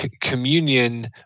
Communion